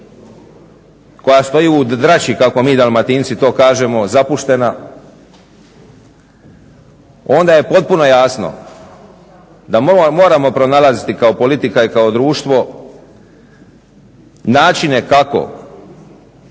koja stoji u drači kako mi dalmatinci to kažemo, zapuštena. Onda je potpuno jasno da moramo pronalaziti kao politika i kao društvo načine kako